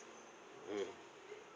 mm